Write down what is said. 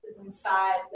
inside